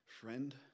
friend